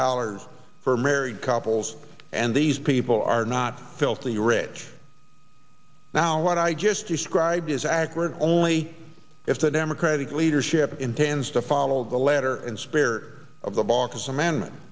dollars for married couples and these people are not filthy rich now what i just described is accurate only if the democratic leadership intends to follow the letter and spare of the baucus amendment